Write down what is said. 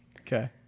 Okay